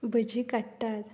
भजीं काडटात